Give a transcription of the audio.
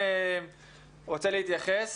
הן פורסמו לדיון ציבורי ולהערות